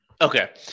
Okay